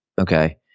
okay